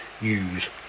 use